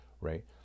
right